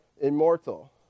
immortal